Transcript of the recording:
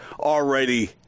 already –